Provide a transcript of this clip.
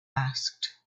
asked